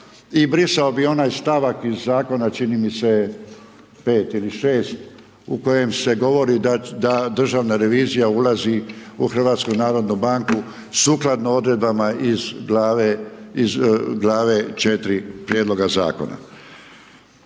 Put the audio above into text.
brisao bih onaj stavak iz zakona, čini mi se 5 ili 6 u kojem se govori da državna revizija ulazi u HNB sukladno odredbama iz glave 4 prijedloga zakona.